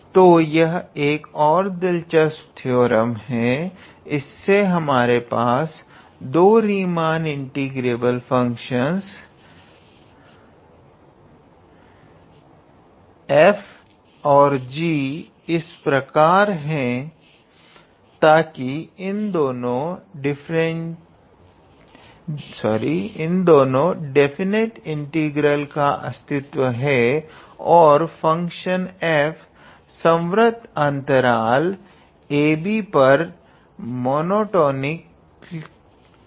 तो यह एक और दिलचस्प थ्योरम है इसमे हमारे पास दो रीमान इंटीग्रेबल फंक्शनस f और g इस प्रकार है ताकि इन दोनों डेफिनिटी इंटीग्रल का अस्तित्व है और फंक्शन f संवर्त अंतराल ab पर मोनोटोनिक है